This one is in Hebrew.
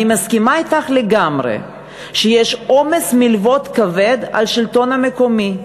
אני מסכימה אתך לגמרי שיש עומס מלוות כבד על השלטון המקומי,